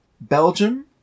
Belgium